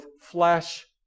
flesh